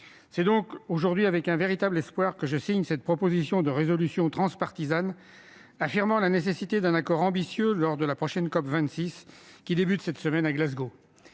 C'est donc avec un véritable espoir que je cosigne cette proposition de résolution transpartisane affirmant la nécessité d'un accord ambitieux lors de la COP26 qui commence cette semaine à Glasgow.